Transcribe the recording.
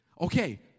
Okay